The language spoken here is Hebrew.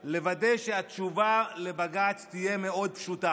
לוודא שהתשובה לבג"ץ תהיה מאוד פשוטה.